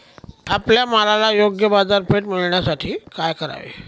आपल्या मालाला योग्य बाजारपेठ मिळण्यासाठी काय करावे?